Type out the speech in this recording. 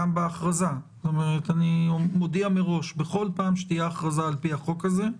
בהסכמת נשיא בית המשפט העליון,